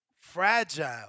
fragile